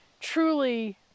Truly